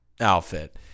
outfit